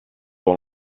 dans